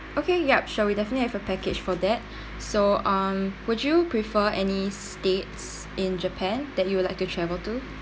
okay yup sure we definitely have a package for that so um would you prefer any states in japan that you would like to travel to